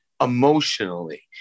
emotionally